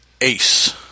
Ace